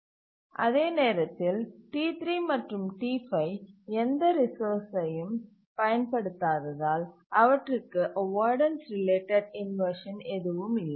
அதே நேரத்தில் T3 மற்றும் T5 எந்த ரிசோர்ஸ்சையும் பயன்படுத்தாததால் அவற்றிற்கு அவாய்டன்ஸ் ரிலேட்டட் இன்வர்ஷன் எதுவும் இல்லை